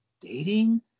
dating